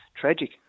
tragic